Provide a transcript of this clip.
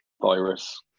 virus